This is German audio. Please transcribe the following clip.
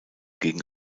gegen